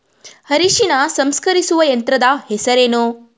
ಅರಿಶಿನ ಸಂಸ್ಕರಿಸುವ ಯಂತ್ರದ ಹೆಸರೇನು?